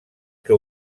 que